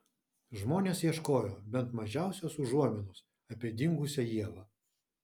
žmonės ieškojo bent mažiausios užuominos apie dingusią ievą